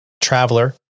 traveler